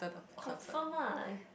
confirm ah